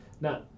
Now